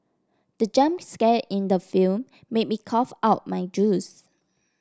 the jump scare in the film made me cough out my juice